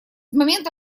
момента